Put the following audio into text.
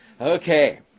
Okay